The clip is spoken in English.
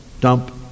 dump